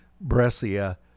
Brescia